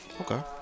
Okay